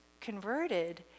converted